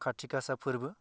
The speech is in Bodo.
खाथि गासा फोरबो